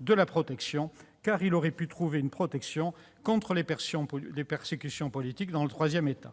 de la protection, car il aurait pu trouver une protection contre les persécutions politiques dans le troisième État ».